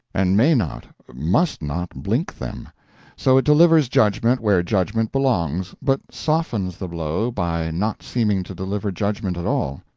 and may not, must not blink them so it delivers judgment where judgment belongs, but softens the blow by not seeming to deliver judgment at all.